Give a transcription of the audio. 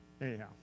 anyhow